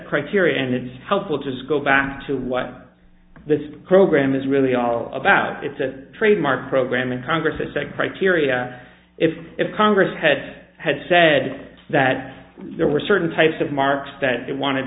criteria and it's helpful to go back to what this program is really all about it's a trademark program in congress that said criteria if if congress had had said that there were certain types of marks that they wanted